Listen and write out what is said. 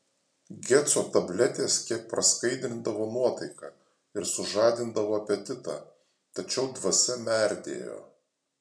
geco tabletės kiek praskaidrindavo nuotaiką ir sužadindavo apetitą tačiau dvasia merdėjo